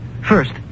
First